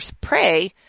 prey